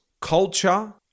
culture